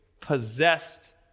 possessed